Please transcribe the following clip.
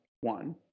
one